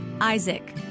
Isaac